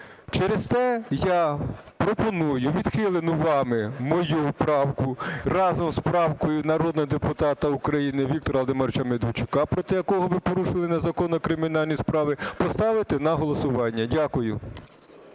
Через те я пропоную відхилену вами мою правку разом з правкою народного депутата України Віктора Володимировича Медведчука, проти якого ви порушили незаконно кримінальні справи, поставити на голосування. Дякую.